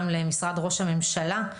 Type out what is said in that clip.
גם למשרד ראש הממשלה,